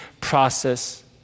process